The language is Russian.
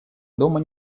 дома